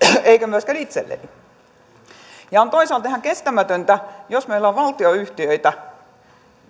eikä myöskään omaani on toisaalta ihan kestämätöntä jos meillä on valtionyhtiöitä